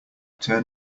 turn